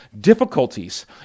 difficulties